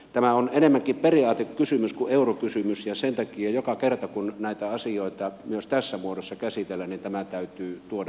tämä on enemmänkin periaatekysymys kuin eurokysymys ja sen takia joka kerta kun näitä asioita myös tässä muodossa käsitellään tämä täytyy tuoda esille